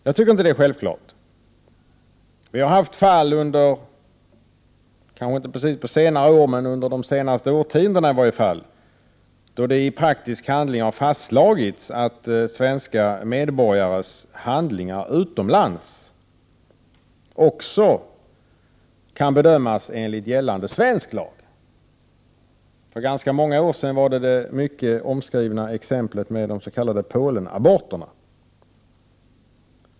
Jag anser inte att detta är självklart. Vi har under de senaste årtiondena haft fall då det i praktisk handling har fastslagits att svenska medborgares handlingar utomlands också kan bedömas enligt gällande svensk lag. Ett exempel är de s.k. Polenaborterna, som ägde rum för ganska många år sedan.